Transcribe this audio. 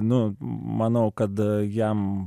nu manau kad jam